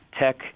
tech